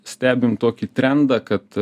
stebim tokį trendą kad